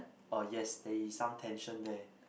uh yes there is some tension there